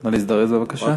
נא להזדרז, בבקשה.